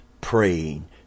praying